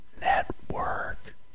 Network